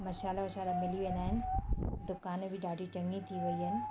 मसाल्हा वशाला मिली वेंदा आहिनि दुकान बि ॾाढियूं चङियूं थी वयूं आहिनि